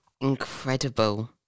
Incredible